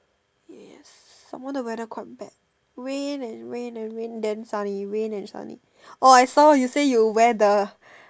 yes some more the weather quite bad rain and rain and rain then sunny rain then sunny orh I saw you say you wear the